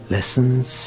Lessons